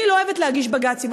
אני לא אוהבת להגיש בג"צים,